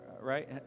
Right